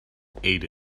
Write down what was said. ate